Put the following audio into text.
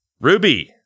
Ruby